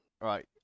Right